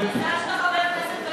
מזל שאתה חבר כנסת ולא מורה להיסטוריה.